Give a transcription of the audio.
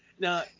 Now